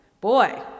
Boy